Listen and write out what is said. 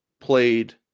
played